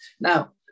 Now